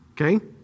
Okay